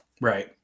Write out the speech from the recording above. Right